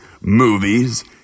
movies